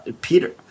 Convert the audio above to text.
Peter